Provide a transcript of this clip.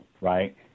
right